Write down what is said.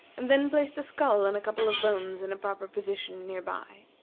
and then placed a skull and a couple of bones in a proper position near by.